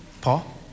Paul